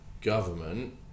government